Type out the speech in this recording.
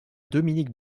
dominique